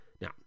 Now